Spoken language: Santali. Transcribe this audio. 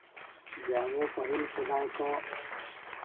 ᱡᱮ ᱟᱵᱚ ᱯᱟᱹᱦᱤᱞ ᱥᱮᱫᱟᱭ ᱠᱚ